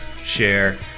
share